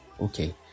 okay